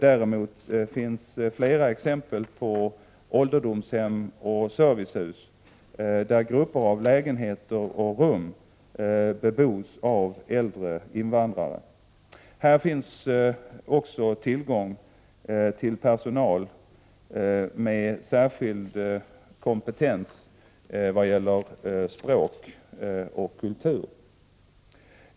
Däremot finns det flera exempel på ålderdomshem och servicehus där grupper av lägenheter och rum bebos av äldre invandrare. Här finns också tillgång till personal med särskild kompetens vad gäller språk och kultur.